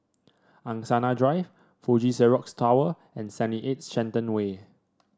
Angsana Drive Fuji Xerox Tower and seventy eight Shenton Way